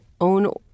own